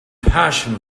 passion